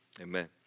Amen